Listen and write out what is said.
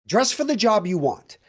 dress for the job you want,